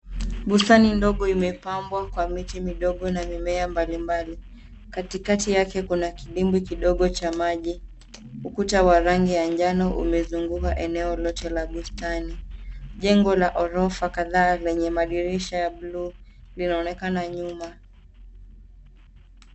Bustani ndogo imepambwa kwa miti midogo na mimea mbalimbali. Katikati yake kuna kidimbwi kidogo cha maji. Ukuta wa rangi ya njano umezunguka eneo lote la bustani. Jengo la orofa kadhaa lenye madirisha ya buluu linaonekana nyuma.